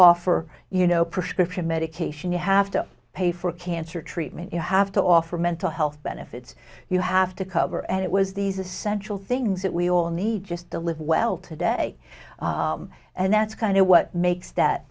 offer you know prescription medication you have to pay for cancer treatment you have to offer mental health benefits you have to cover and it was these essential things that we all need just to live well today and that's kind of what makes that